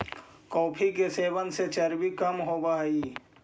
coffee के सेवन से चर्बी कम होब हई